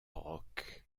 rock